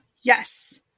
Yes